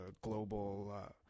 global